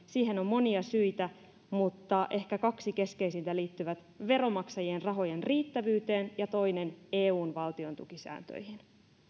siihen on monia syitä mutta ehkä kaksi keskeisintä liittyvät veronmaksajien rahojen riittävyyteen ja toinen eun valtiontukisääntöihin